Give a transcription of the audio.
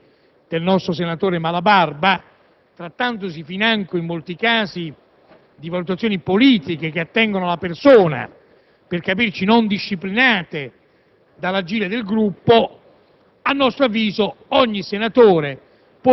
come in parte avvenuto nel caso delle dimissioni del senatore Malabarba, trattandosi financo, in molti casi, di valutazioni politiche che attengono alla persona, per capirci, non disciplinate dall'agire del Gruppo,